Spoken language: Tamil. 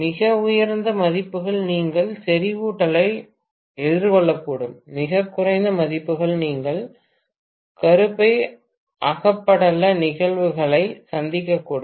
மிக உயர்ந்த மதிப்புகள் நீங்கள் செறிவூட்டலை எதிர்கொள்ளக்கூடும் மிகக் குறைந்த மதிப்புகள் நீங்கள் கருப்பை அகப்படல நிகழ்வுகளை சந்திக்கக்கூடும்